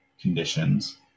conditions